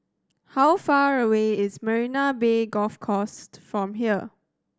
how far away is Marina Bay Golf Course from here